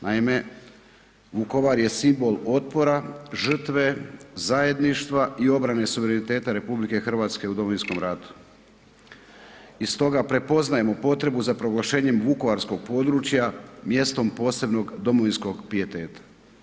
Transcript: Naime, Vukovar je simbol otpora, žrtve, zajedništava i obrane suvereniteta RH u Domovinskom ratu i stoga prepoznajemo potrebu za proglašenjem vukovarskog područja mjestom posebnog domovinskog pijeteta.